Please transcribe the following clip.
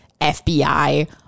FBI